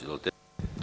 Izvolite.